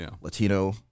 Latino